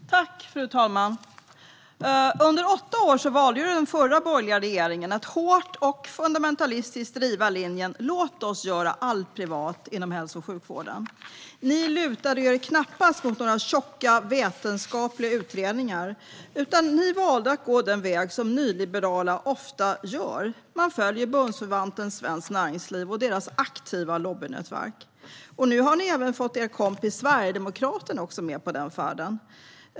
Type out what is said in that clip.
Fru talman! Under åtta år valde den förra borgerliga regeringen att hårt och fundamentalistiskt driva linjen: Låt oss göra allt privat inom hälso och sjukvården! Ni lutade er knappast mot några tjocka vetenskapliga utredningar, utan ni valde att gå den väg nyliberala ofta gör - man följer bundsförvanten Svenskt Näringsliv och dess aktiva lobbynätverk. Nu har ni även fått er kompis Sverigedemokraterna med på den färden.